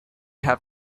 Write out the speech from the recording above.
have